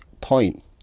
point